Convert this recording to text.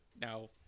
Now